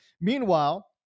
Meanwhile